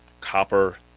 copper